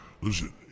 Listen